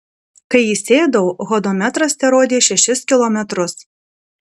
kai įsėdau hodometras terodė šešis kilometrus